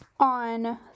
On